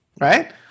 right